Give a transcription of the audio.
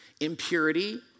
impurity